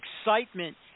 excitement